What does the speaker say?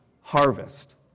harvest